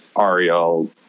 Ariel